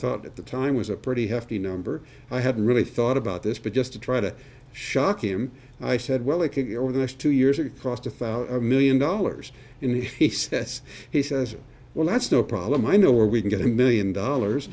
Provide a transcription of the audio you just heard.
thought at the time was a pretty hefty number i hadn't really thought about this but just to try to shock him i said well it could be over the next two years across to a million dollars and he says he says well that's no problem i know where we can get a million dollars